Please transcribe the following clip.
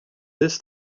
this